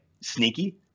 Sneaky